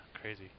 crazy